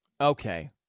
Okay